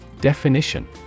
Definition